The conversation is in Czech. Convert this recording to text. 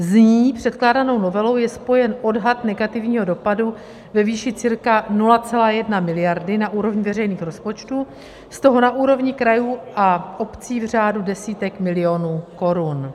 S nyní předkládanou novelou je spojen odhad negativního dopadu ve výši cca 0,1 miliardy na úrovni veřejných rozpočtů, z toho na úrovni krajů a obcí v řádu desítek miliónů korun.